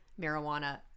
marijuana